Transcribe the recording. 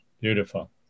Beautiful